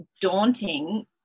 daunting